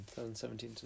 2017